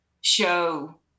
show